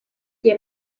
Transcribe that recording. die